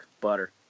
Butter